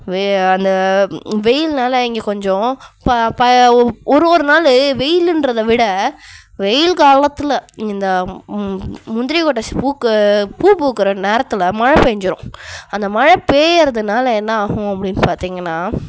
வெ அந்த வெயில்னால் இங்கே கொஞ்சம் ப ப ஒரு ஒரு நாள் வெயிலுன்றத விட வெயில் காலத்தில் இந்த முந்திரிக் கொட்டை பூக் பூ பூக்கிற நேரத்தில் மழை பெஞ்சிடும் அந்த மழை பெய்யிறதுனால் என்ன ஆகும் அப்படின்னு பார்த்திங்கன்னா